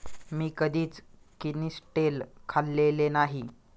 मी कधीच किनिस्टेल खाल्लेले नाही